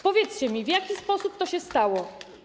Powiedzcie mi, w jaki sposób to się stało.